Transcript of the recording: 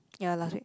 ya last week